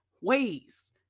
ways